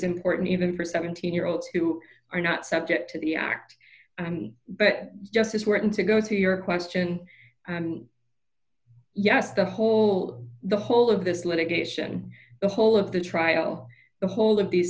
important even for seventeen year olds who are not subject to the act but just as we're going to go to your question and yes the whole the whole of this litigation the whole of the trial the whole of these